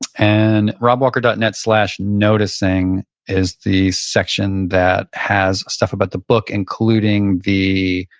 and robwalker dot net slash noticing is the section that has stuff about the book including the,